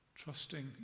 trusting